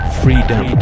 freedom